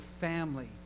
family